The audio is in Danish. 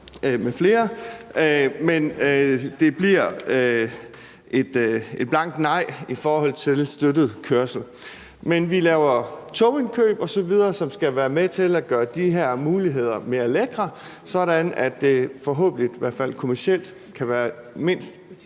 det bliver et blankt nej i forhold til støttet kørsel. Men vi laver togindkøb osv., som skal være med til at gøre de her muligheder mere lækre, sådan at det forhåbentlig, i hvert fald kommercielt, kan være mindst